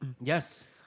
Yes